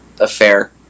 affair